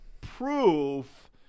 proof